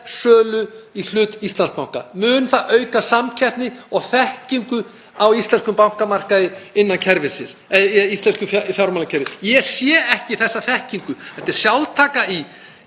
sölu á hlut í Íslandsbanka. Mun það auka samkeppni og þekkingu á íslenskum bankamarkaði innan íslensks fjármálakerfis? Ég sé ekki þessa þekkingu. Þetta er sjálftaka í